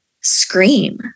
scream